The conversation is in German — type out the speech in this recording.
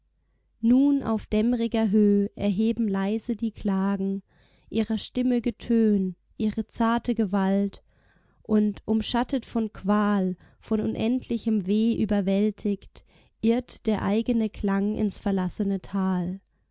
nun auf dämmriger höh erheben leise die klagen ihrer stimme getön ihre zarte gewalt und umschattet von qual von unendlichem weh überwältigt irrt der eigene klang ins verlassene tal